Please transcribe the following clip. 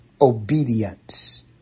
obedience